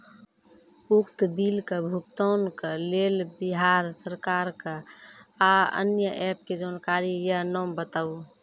उक्त बिलक भुगतानक लेल बिहार सरकारक आअन्य एप के जानकारी या नाम बताऊ?